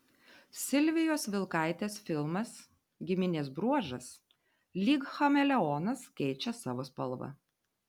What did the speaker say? silvijos vilkaitės filmas giminės bruožas lyg chameleonas keičia savo spalvą